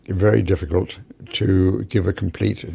very difficult to give a complete. and